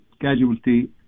casualty